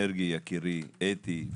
מרגי אתי,